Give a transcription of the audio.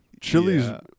chili's